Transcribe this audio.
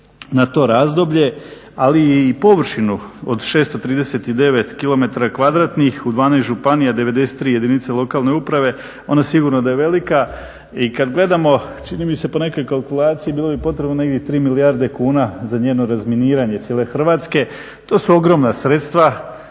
na to razdoblje, ali i površinu od 639 km2 u 12 županija, 93 jedinice lokalne uprave, ona sigurno da je velika i kad gledamo čini mi se po nekoj kalkulaciji bilo bi potrebno negdje 3 milijarde kuna za njeno razminiranje cijele Hrvatske. To su ogromna sredstva